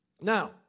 now